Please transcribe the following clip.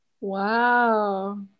Wow